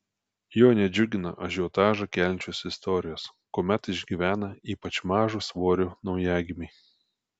jo nedžiugina ažiotažą keliančios istorijos kuomet išgyvena ypač mažo svorio naujagimiai